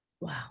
Wow